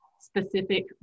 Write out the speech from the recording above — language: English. specific